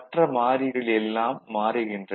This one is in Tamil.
மற்ற மாறிகள் எல்லாம் மாறுகின்றன